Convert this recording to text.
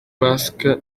pasika